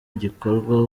igikorwa